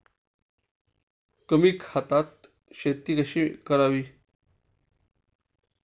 कमी खतात शेती कशी करावी?